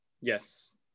Yes